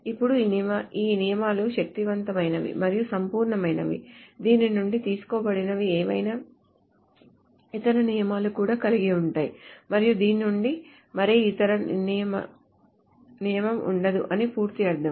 ఇప్పుడు ఈ నియమాలు శక్తివంతమైనవి మరియు సంపూర్ణమైనవి దీని నుండి తీసుకోబడినవి ఏవైనా ఇతర నియమాలు కూడా కలిగి ఉంటాయి మరియు దీని నుండి మరే ఇతర నియమం ఉండదు అని పూర్తి అర్ధం